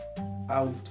out